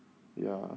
ya